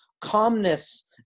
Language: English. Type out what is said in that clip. calmness